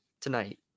tonight